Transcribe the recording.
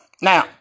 Now